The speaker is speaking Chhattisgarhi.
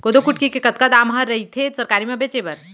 कोदो कुटकी के कतका दाम ह रइथे सरकारी म बेचे बर?